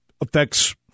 affects